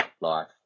life